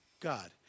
God